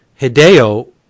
Hideo